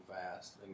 fast